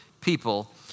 people